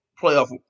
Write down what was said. playoff